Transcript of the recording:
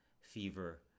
fever